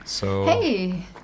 Hey